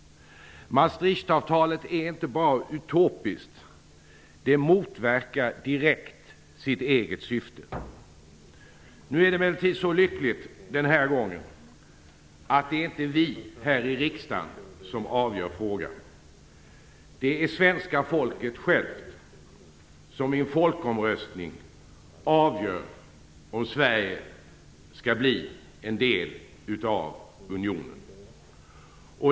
Maastrichtavtalet är inte bara utopiskt. Det motverkar direkt sitt eget syfte. Nu är det emellertid så lyckligt den här gången att det inte är vi här i riksdagen som avgör frågan. Det är svenska folket självt som i en folkomröstning avgör om Sverige skall bli en del av unionen.